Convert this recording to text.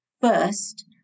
First